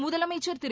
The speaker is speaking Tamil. முதலமைச்சர் திரு